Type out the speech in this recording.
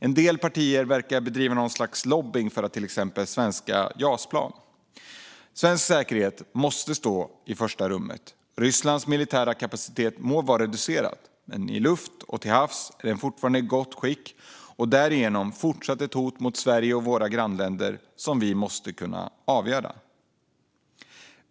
En del partier verkar bedriva något slags lobbning för till exempel svenska Jas-plan. Svensk säkerhet måste stå i första rummet. Rysslands militära kapacitet må vara reducerad, men i luft och till havs är den fortfarande i gott skick och därigenom fortsatt ett hot mot Sverige och våra grannländer som vi måste kunna avvärja.